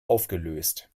aufgelöst